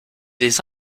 des